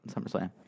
SummerSlam